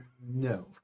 No